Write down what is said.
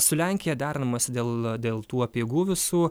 su lenkija deramasi dėl dėl tų apeigų visų